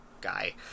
guy